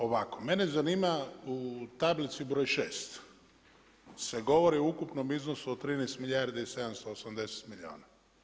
Ovako mene zanima u tablici broj 6, se govori o ukupnom iznosu od 13 milijardi i 780 milijuna.